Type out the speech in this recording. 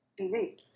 TV